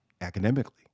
academically